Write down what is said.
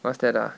what's that ah